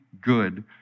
good